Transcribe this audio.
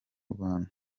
rwanda